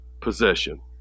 possession